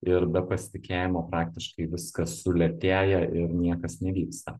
ir be pasitikėjimo praktiškai viskas sulėtėja ir niekas nevyksta